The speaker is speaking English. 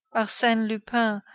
arsene lupin.